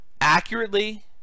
accurately